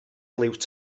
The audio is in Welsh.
liwt